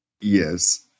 Yes